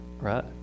Right